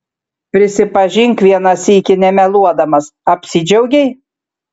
prisipažink vieną sykį nemeluodamas apsidžiaugei